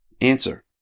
Answer